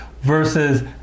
versus